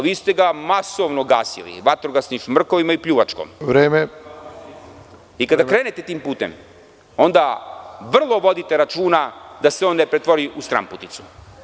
Vi ste ga masovno gasili vatrogasnim šmrkovima i pljuvačkom. (Predsedavajući: Vreme.) Kada krenete tim putem, onda vodite računa da se on ne pretvori u stranputicu.